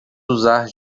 usar